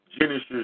Genesis